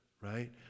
Right